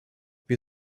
wir